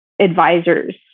advisors